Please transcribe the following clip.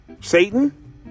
Satan